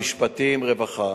המשפטים והרווחה.